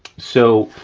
so,